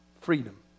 freedom